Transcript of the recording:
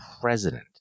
president